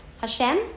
Hashem